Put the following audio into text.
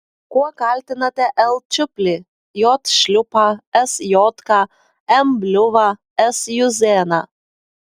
kuo kaltinate l čiuplį j šliūpą s jodką m bliuvą s juzėną